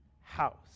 house